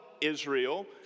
Israel